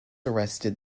arrested